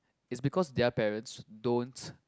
it's because their parents don't